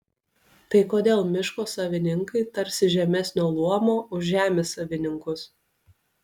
tai kodėl miško savininkai tarsi žemesnio luomo už žemės savininkus